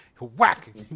whack